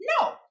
No